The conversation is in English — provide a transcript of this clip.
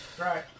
right